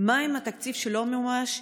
2. מה עם התקציב שלא מומש?